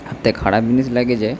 একটা খারাপ জিনিস লাগে যে